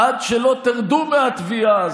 עד שלא תרדו מהתביעה הזאת,